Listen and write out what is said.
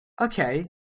okay